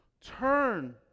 Turn